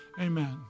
Amen